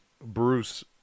Bruce